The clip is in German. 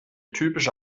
typische